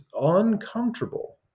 uncomfortable